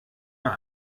mehr